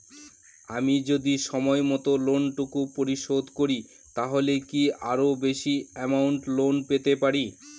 আমি যদি সময় মত লোন টুকু পরিশোধ করি তাহলে কি আরো বেশি আমৌন্ট লোন পেতে পাড়ি?